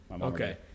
Okay